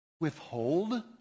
Withhold